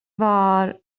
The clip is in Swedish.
var